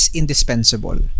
indispensable